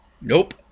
Nope